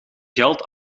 geld